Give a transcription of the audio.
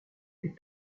est